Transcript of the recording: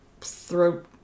throat